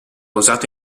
usato